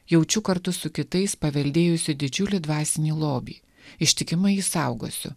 jaučiu kartu su kitais paveldėjusi didžiulį dvasinį lobį ištikimai jį saugosiu